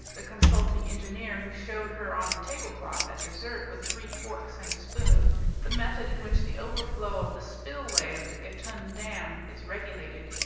the consulting engineer, who showed her on the table-cloth at dessert with three forks and a spoon the method in which the overflow of the spillway of the gatun dam is regulated,